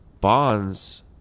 bonds